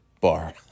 bar